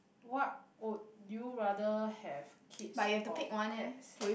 what would you rather have kids or pets